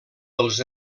dels